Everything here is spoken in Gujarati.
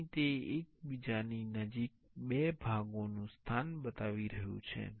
અહીં તે એકબીજાની નજીક બે ભાગોનું સ્થાન બતાવી રહ્યું છે